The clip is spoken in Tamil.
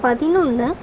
பதினொன்று